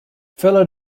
fellow